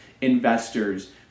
investors